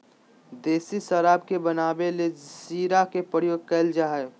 देसी शराब के बनावे ले शीरा के प्रयोग कइल जा हइ